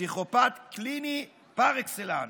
פסיכופת קליני פר-אקסלנס.